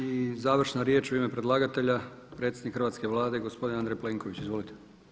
I završna riječ u ime predlagatelja predsjednik Hrvatske vlade gospodin Andrej Plenković, izvolite.